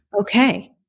Okay